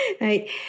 Right